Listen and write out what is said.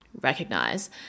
recognize